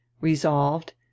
Resolved